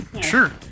Sure